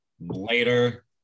later